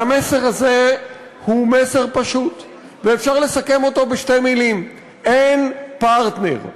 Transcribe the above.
והמסר הזה הוא מסר פשוט ואפשר לסכם אותו בשתי מילים: אין פרטנר.